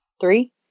Three